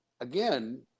again